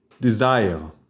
desire